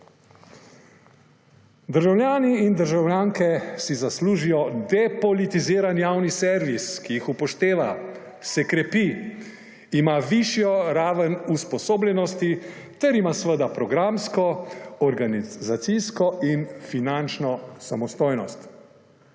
Državljani in državljanke si zaslužijo depolitiziran javni servis, ki jih upošteva, se krepi, ima višjo raven usposobljenosti ter ima seveda programsko, organizacijsko in finančno samostojnost.